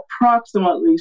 approximately